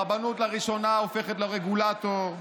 לראשונה הרבנות הופכת לרגולטור.